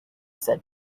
said